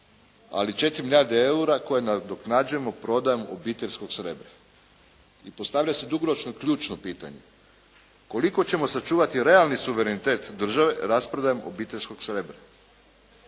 ali 4 milijarde eura koje nadoknađujemo prodajom obiteljskog srebra. I postavlja se dugoročno ključno pitanje, koliko ćemo sačuvati realni suverenitet države rasprodajom obiteljskog srebra?